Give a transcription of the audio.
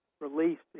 released